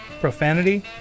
Profanity